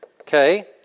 Okay